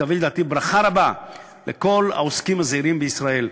לדעתי היא תביא ברכה רבה לכל העוסקים הזעירים בישראל,